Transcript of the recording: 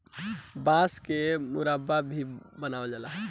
बांस के मुरब्बा भी बन जाला